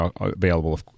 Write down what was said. available